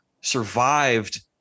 survived